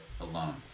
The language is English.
alone